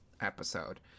episode